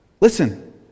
Listen